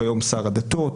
כיום שר הדתות,